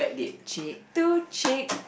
cheek to cheek